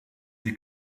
sie